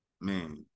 Man